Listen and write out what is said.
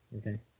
Okay